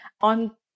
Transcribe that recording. on